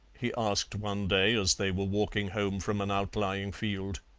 he asked one day as they were walking home from an outlying field.